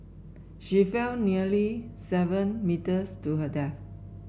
she fell nearly seven metres to her death